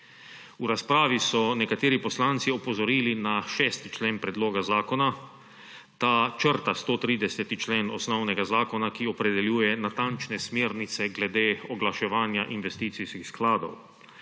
V razpravi so nekateri poslanci opozorili na 6. člen predloga zakona, ta črta 130. člen osnovnega zakona, ki opredeljuje natančne smernice glede oglaševanja investicijskih skladov.